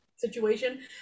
situation